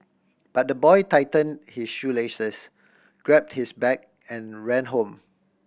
but the boy tightened his shoelaces grabbed his bag and ran home